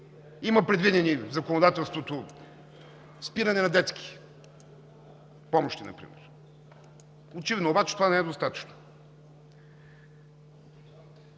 Има предвидени в законодателството спиране на детски помощи например, очевидно обаче това не е достатъчно.